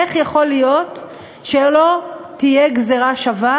איך יכול להיות שלא תהיה גזירה שווה